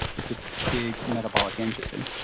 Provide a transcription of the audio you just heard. it's a big metabolic engine.